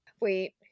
wait